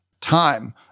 Time